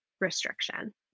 restriction